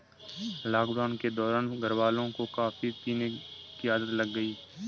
lockdown के दौरान घरवालों को कॉफी पीने की आदत लग गई